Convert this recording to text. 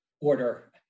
order